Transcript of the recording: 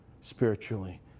spiritually